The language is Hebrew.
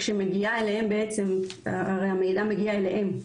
כשהמידע מגיע אליהם,